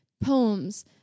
poems